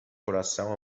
coração